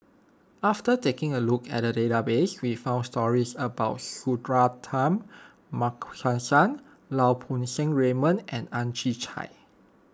after taking a look at the database we found stories about Suratman Markasan Lau Poo Seng Raymond and Ang Chwee Chai